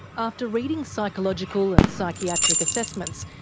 after reading psychological and psychiatric assessments,